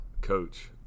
Coach